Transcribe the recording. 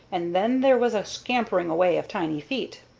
and then there was a scampering away of tiny feet.